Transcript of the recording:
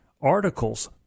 articles